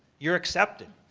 you're accepted.